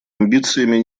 амбициями